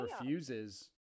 refuses